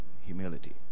humility